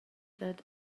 dad